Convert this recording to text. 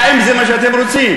האם זה מה שאתם רוצים?